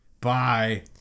Bye